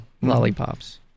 lollipops